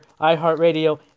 iHeartRadio